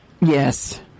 Yes